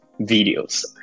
videos